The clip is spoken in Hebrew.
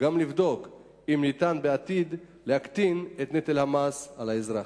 וגם לבדוק אם ניתן בעתיד להקטין את נטל המס על האזרח.